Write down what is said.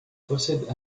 possède